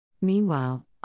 Meanwhile